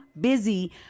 busy